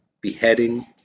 beheading